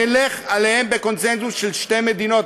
נלך עליהן בקונסנזוס של שתי מדינות.